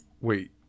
wait